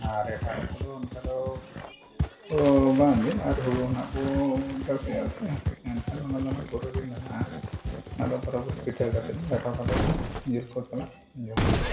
ᱟᱨ ᱮᱴᱟᱜ ᱠᱚᱫᱚ ᱚᱱᱠᱟ ᱫᱚ ᱵᱟᱝ ᱜᱮ ᱟᱨ ᱦᱳᱲᱳ ᱦᱩᱱᱟᱹᱜ ᱵᱚ ᱪᱟᱥᱮᱭᱟᱜ ᱥᱮ ᱮᱱᱠᱷᱟᱱ ᱚᱱᱟ ᱫᱚ ᱯᱚᱨᱮ ᱜᱮ ᱱᱟᱦᱟᱜ ᱢᱮᱱᱟᱜᱼᱟ ᱟᱫᱚ ᱵᱚᱨᱟᱵᱳᱨ ᱯᱤᱴᱷᱟᱹ ᱠᱟᱛᱮᱫ ᱞᱮᱴᱳ ᱠᱟᱛᱮᱫ ᱦᱚᱸ ᱡᱤᱞ ᱠᱚ ᱥᱟᱞᱟᱜ ᱡᱚᱢ ᱦᱩᱭᱩᱜ ᱠᱟᱱᱟ